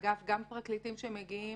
אגב, גם פרקליטים שמגיעים